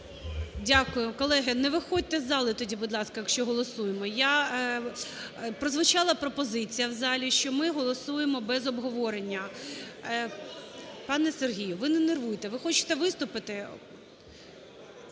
Дякую. Колеги, не виходьте з зали тоді, будь ласка, якщо голосуємо. Я… прозвучала пропозиція в залі, що ми голосуємо без обговорення. Пане Сергію, ви не нервуйте, ви хочете виступити?